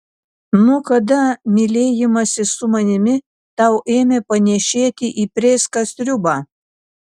nuo kada mylėjimasis su manimi tau ėmė panėšėti į prėską sriubą